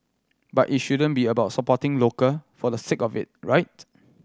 but it shouldn't be about supporting local for the sake of it right